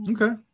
Okay